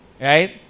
Right